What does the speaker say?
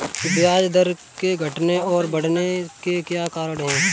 ब्याज दर के घटने और बढ़ने के क्या कारण हैं?